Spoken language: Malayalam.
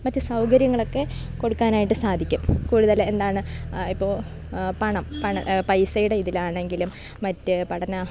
മറ്റു സൗകര്യങ്ങളൊക്കെ കൊടുക്കാനായിട്ട് സാധിക്കും കൂടുതൽ എന്താണ് ഇപ്പോൾ പണം പണം പൈസയുടെ ഇതിൽ ആണെങ്കിലും മറ്റു പഠന